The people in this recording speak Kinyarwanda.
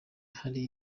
hari